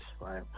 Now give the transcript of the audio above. right